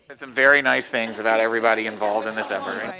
and some very nice things about everybody involved in the suffering.